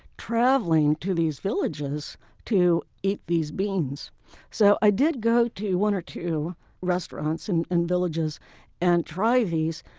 traveling to these villages to eat these beans so i did go to one or two restaurants in and villages and try these.